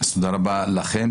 תודה רבה לכם.